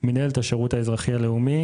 למינהלת השירות האזרחי הלאומי.